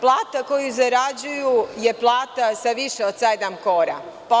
Plata koju zarađuju je plata sa više od sedam kora.